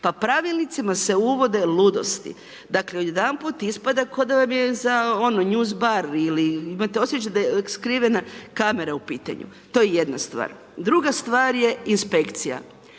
Pa pravilnicima se uvode ludosti, dakle, odjedanput ispada, ko da vam je ono News Bar ili imate osjećaj da je skrivena kamera u pitanju, to je jedna stvar. Druga stvar je inspekcija,